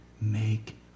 make